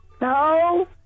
No